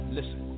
Listen